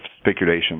speculation